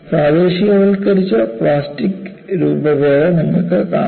പ്രാദേശികവൽക്കരിച്ച plastic രൂപഭേദം നിങ്ങൾക്ക് കാണാം